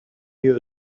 you